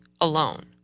alone